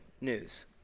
news